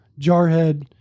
Jarhead